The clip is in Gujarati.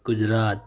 ગુજરાત